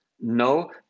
no